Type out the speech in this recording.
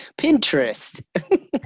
Pinterest